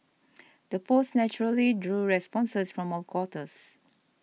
the post naturally drew responses from all quarters